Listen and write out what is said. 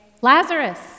Lazarus